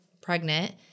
pregnant